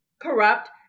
corrupt